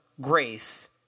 grace